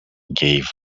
gave